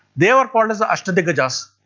they were called as the ashta diggajas.